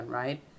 right